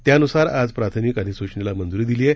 त्यानुसार आज प्राथमिक अधिसूचनेला मंजुरी दिली आहे